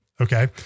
Okay